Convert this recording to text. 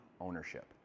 Ownership